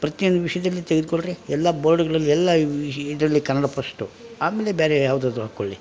ಪ್ರತಿಯೊಂದು ವಿಷಯದಲ್ಲಿ ತೆಗೆದುಕೊಳ್ರಿ ಎಲ್ಲ ಬೋರ್ಡುಗ್ಳಲ್ಲಿ ಎಲ್ಲಾ ಇದರಲ್ಲಿ ಕನ್ನಡ ಪಶ್ಟು ಆಮೇಲೆ ಬೇರೆ ಯಾವುದಾದ್ರು ಹಾಕಿಕೊಳ್ಳಿ